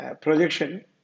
projection